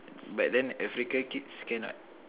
but then African kids cannot